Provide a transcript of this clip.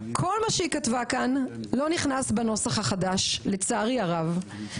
כל מה שהיא כתבה כאן לא נכנס בנוסח החדש לצערי הרב.